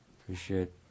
Appreciate